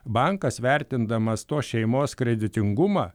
bankas vertindamas tos šeimos kreditingumą